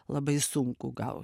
labai sunku gaut